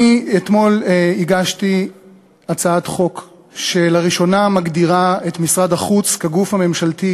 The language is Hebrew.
אתמול הגשתי הצעת חוק שלראשונה מגדירה את משרד החוץ כגוף הממשלתי,